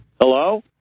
Hello